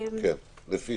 לפי